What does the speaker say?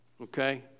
Okay